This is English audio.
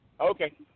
Okay